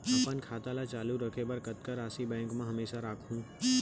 अपन खाता ल चालू रखे बर कतका राशि बैंक म हमेशा राखहूँ?